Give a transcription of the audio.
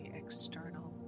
external